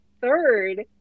third